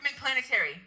Planetary